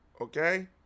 okay